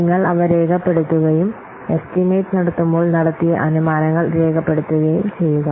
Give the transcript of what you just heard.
നിങ്ങൾ അവ രേഖപ്പെടുത്തുകയും എസ്റ്റിമേറ്റ് നടത്തുമ്പോൾ നടത്തിയ അനുമാനങ്ങൾ രേഖപ്പെടുത്തുകയും ചെയ്യുക